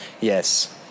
yes